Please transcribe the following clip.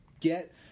Get